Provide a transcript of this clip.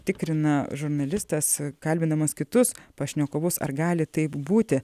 tikrina žurnalistas kalbindamas kitus pašnekovus ar gali taip būti